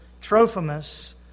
Trophimus